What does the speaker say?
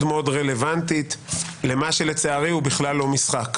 מאוד רלוונטית למה שלצערי הוא בכלל לא משחק